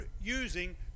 using